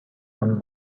one